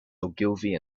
ogilvy